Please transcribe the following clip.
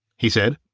he said.